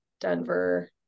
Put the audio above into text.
Denver